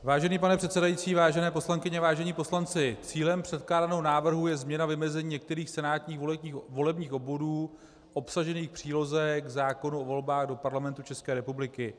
Vážený pane předsedající, vážené poslankyně, vážení poslanci, cílem předkládaného návrhu je změna vymezení některých senátních volebních obvodů obsažených v příloze k zákonu o volbách do Parlamentu České republiky.